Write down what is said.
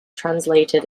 translated